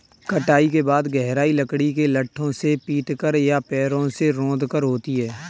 कटाई के बाद गहराई लकड़ी के लट्ठों से पीटकर या पैरों से रौंदकर होती है